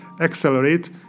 accelerate